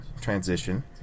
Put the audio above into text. transition